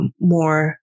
more